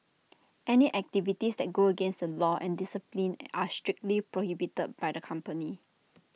any activities that go against the law and discipline are strictly prohibited by the company